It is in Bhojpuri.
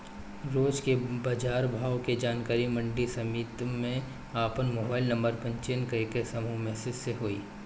रोज के बाजार भाव के जानकारी मंडी समिति में आपन मोबाइल नंबर पंजीयन करके समूह मैसेज से होई?